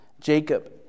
Jacob